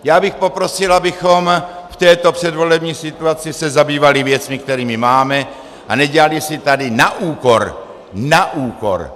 Já bych poprosil, abychom se v této předvolební situaci zabývali věcmi, kterými máme, a nedělali si tady na úkor na úkor!